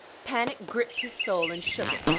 panic gripped his soul and shook it,